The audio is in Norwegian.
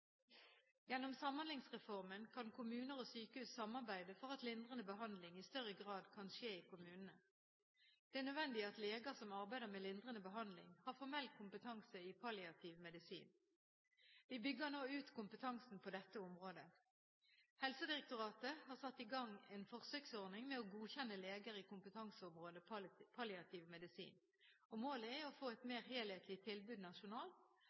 Gjennom Samhandlingsreformen kan kommuner og sykehus samarbeide for at lindrende behandling i større grad kan skje i kommunene. Det er nødvendig at leger som arbeider med lindrende behandling, har formell kompetanse i palliativ medisin. Vi bygger nå ut kompetansen på dette området. Helsedirektoratet har satt i gang en forsøksordning med å godkjenne leger i kompetanseområdet palliativ medisin. Målet er å få et mer enhetlig tilbud nasjonalt